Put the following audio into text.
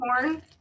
corn